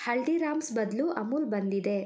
ಹಲ್ದೀರಾಮ್ಸ್ ಬದಲು ಅಮುಲ್ ಬಂದಿದೆ